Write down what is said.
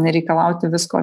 nereikalauti visko